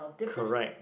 correct